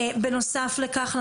בנוסף לכך,